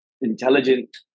intelligent